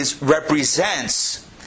represents